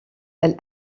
elle